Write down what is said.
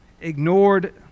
ignored